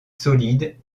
solides